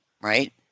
right